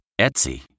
Etsy